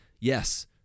Yes